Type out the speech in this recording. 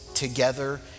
Together